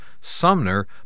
Sumner